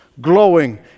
glowing